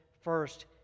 first